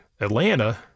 Atlanta